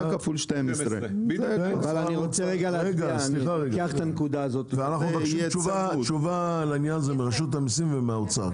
כפול 12. אנחנו מבקשים תשובה לעניין הזה מרשות המיסים ומהאוצר.